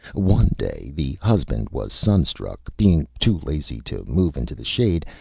one day the husband was sunstruck, being too lazy to move into the shade,